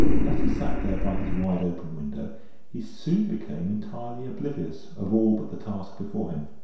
and as he sat there by his wide-open window he soon became entirely oblivious of all but the task before him.